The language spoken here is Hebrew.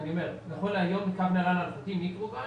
אני אומר שנכון להיום כבל אלחוטי מיקרו גל,